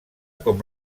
com